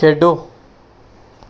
ਖੇਡੋ